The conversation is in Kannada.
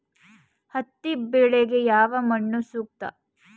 ಹತ್ತಿ ಬೆಳೆಗೆ ಯಾವ ಮಣ್ಣು ಸೂಕ್ತ?